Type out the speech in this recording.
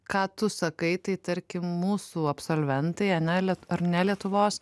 ką tu sakai tai tarkim mūsų absolventai ane ar ne lietuvos